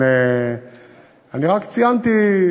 אני רק ציינתי,